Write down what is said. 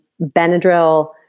Benadryl